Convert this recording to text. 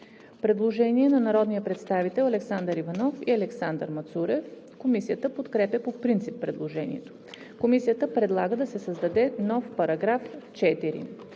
предложение на народните представители Александър Иванов и Александър Мацурев. Комисията подкрепя по принцип предложението. Комисията предлага да се създаде нов § 4: „§ 4.